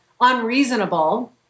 unreasonable